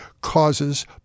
causes